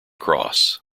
cross